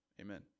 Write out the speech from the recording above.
Amen